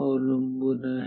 अवलंबून आहे